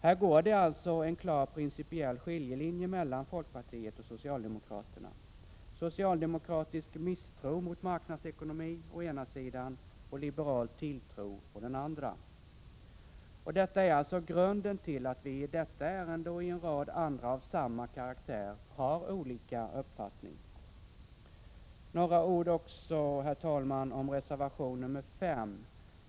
Här går det alltså en klar principiell skiljelinje mellan folkpartiet och socialdemokraterna: socialdemokratisk misstro mot marknadsekonomi å den ena sidan, liberal tilltro å den andra! Och det är alltså grunden till att vi i detta ärende — och i en rad andra av samma karaktär — har olika uppfattningar. Några ord också, herr talman, om reservation 5!